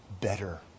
better